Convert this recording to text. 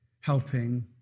helping